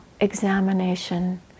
examination